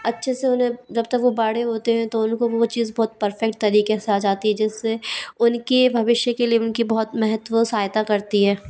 अच्छे से उन्हें जब तक वो बड़े होते हैं तो उनको वो चीज़ बहुत परफेक्ट तरीक़े से आ जाती है जिस से उनके भविष्य के लिए उनकी बहुत महत्व सहायता करती है